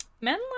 Men